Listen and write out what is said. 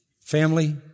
family